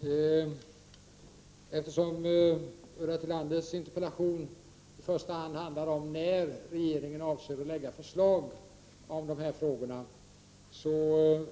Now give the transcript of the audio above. Herr talman! Eftersom Ulla Tillander i sin interpellation i första hand frågade om när regeringen avser att lägga fram förslag i de här frågorna,